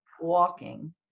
walking